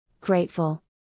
grateful